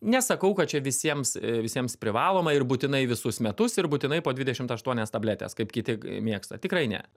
nesakau kad čia visiems visiems privaloma ir būtinai visus metus ir būtinai po dvidešimt aštuonias tabletes kaip kiti mėgsta tikrai ne